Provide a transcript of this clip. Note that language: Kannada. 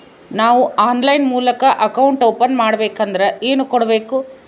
ನಾವು ಆನ್ಲೈನ್ ಮೂಲಕ ಅಕೌಂಟ್ ಓಪನ್ ಮಾಡಬೇಂಕದ್ರ ಏನು ಕೊಡಬೇಕು?